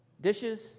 dishes